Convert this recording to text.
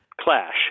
clash